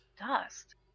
Dust